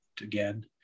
again